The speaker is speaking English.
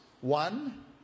One